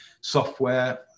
software